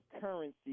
currency